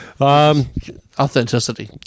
Authenticity